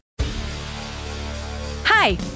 Hi